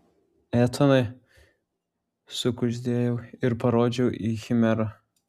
etanai sukuždėjau ir parodžiau į chimerą